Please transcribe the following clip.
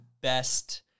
best